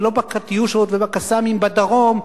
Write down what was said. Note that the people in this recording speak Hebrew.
ולא ב"קטיושות" וב"קסאמים" בדרום,